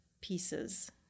pieces